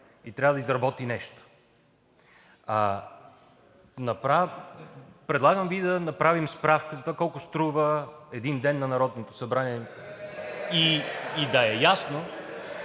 и трябва да изработи нещо. Предлагам Ви да направим справка за това колко струва един ден на Народното събрание... (Силен